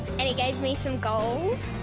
and he gave me some gold.